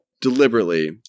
deliberately